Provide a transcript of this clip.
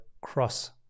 cross